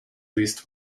least